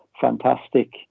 fantastic